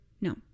no